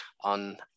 on